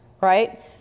right